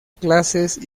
clases